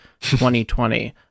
2020